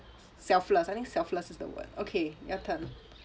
selfless I think selfless is the word okay your turn